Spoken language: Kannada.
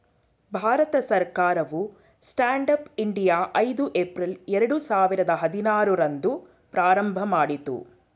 ಭಾರತ ಸರ್ಕಾರವು ಸ್ಟ್ಯಾಂಡ್ ಅಪ್ ಇಂಡಿಯಾ ಐದು ಏಪ್ರಿಲ್ ಎರಡು ಸಾವಿರದ ಹದಿನಾರು ರಂದು ಪ್ರಾರಂಭಮಾಡಿತು